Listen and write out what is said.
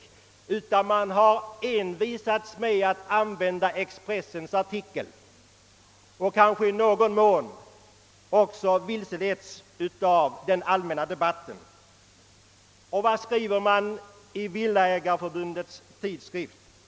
I stället har man envisats med att använda Expressens artikel härför; i någon mån kanske man också har vilseletts av den allmänna debatten. Vad skriver man då i Villaägareförbundets tidskrift?